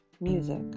music